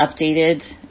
updated